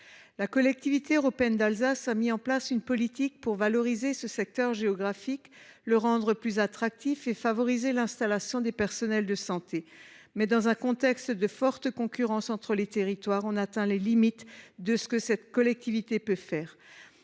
La Collectivité européenne d’Alsace a mis en place une politique spécifique pour valoriser ce secteur géographique, le rendre plus attractif et favoriser l’installation des personnels de santé. Toutefois, dans un contexte de forte concurrence entre les territoires, les capacités de cette collectivité atteignent